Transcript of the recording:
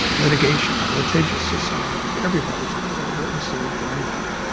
litigation, the litigious society. everybody is afraid of getting sued for anything.